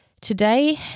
today